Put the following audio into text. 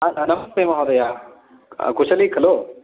नमस्ते महोदय कुशली खलु